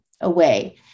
away